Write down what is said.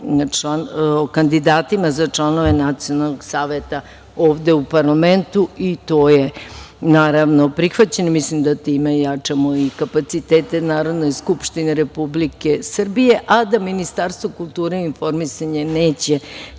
o kandidatima za članove Nacionalnog saveta ovde u parlamentu i to je naravno prihvaćen. Mislim da time jačamo i kapacitete Narodne skupštine Republike Srbije, a da Ministarstvo kulture i informisanja, neće